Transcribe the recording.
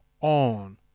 on